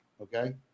okay